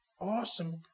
awesome